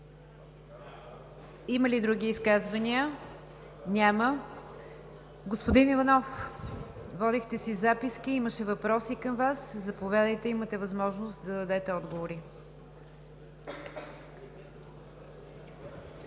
Има ли други изказвания? Няма. Господин Иванов, водихте си записки. Имаше въпроси към Вас. Заповядайте, имате възможност да дадете отговори.